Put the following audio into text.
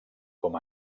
com